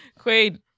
Quaid